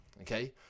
okay